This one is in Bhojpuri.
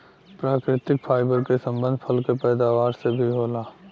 प्राकृतिक फाइबर क संबंध फल क पैदावार से भी होला